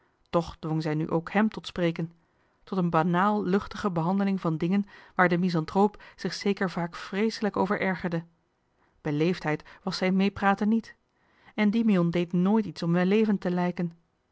toch dwong zij nu ook hem tot spreken tot een banaal luchtige behandeling van dingen waar de misanthroop zich zeker vaak vreeselijk over ergerde beleefdheid was zijn mee praten niet endymion deed nooit iets om wellevend te lijken